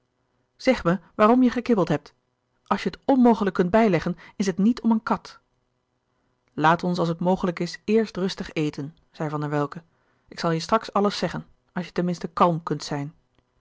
zeg me waarom je gekibbeld hebt als je het onmogelijk kunt bijleggen is het niet om een kat laat ons als het mogelijk is eerst rustig eten zei van der welcke ik zal je straks alles zeggen als je ten minste kalm kunt zijn